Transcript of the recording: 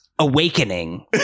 Awakening